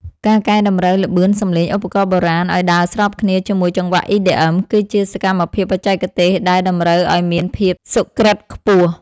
ការកែតម្រូវល្បឿនសំឡេងឧបករណ៍បុរាណឱ្យដើរស្របគ្នាជាមួយចង្វាក់ EDM គឺជាសកម្មភាពបច្ចេកទេសដែលតម្រូវឱ្យមានភាពសុក្រឹតខ្ពស់។